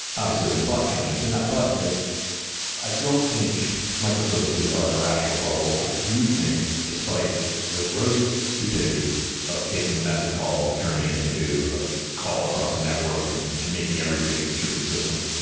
obviously there's a but coming, and that but is i don't think microservices are an irrational bubble. i do think despite the gross stupidity of taking a method call and turning it into call across a network and to making everything a distributed system.